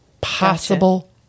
possible